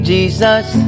Jesus